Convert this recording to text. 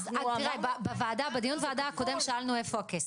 אז בדיון ועדה הקודם, שאלנו איפה הכסף,